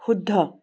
শুদ্ধ